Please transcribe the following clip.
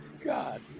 God